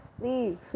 Leave